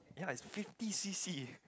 ya it's fifty C_C